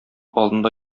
алдында